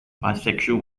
bisexual